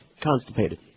Constipated